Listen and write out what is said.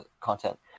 content